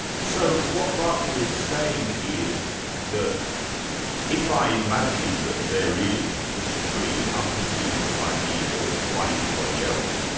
so, what berkeley is saying is that if i imagine that there is this tree unperceived by me or by anybody else,